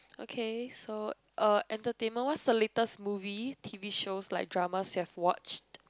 okay so uh entertainment what's the latest movie t_v shows like drama you've watch